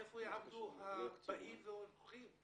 איפה יחנו הבאים והאורחים?